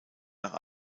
nach